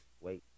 Wait